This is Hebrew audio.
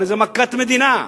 הרי זו מכת מדינה,